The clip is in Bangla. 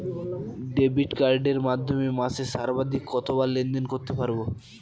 ডেবিট কার্ডের মাধ্যমে মাসে সর্বাধিক কতবার লেনদেন করতে পারবো?